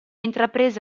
intraprese